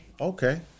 Okay